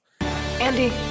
Andy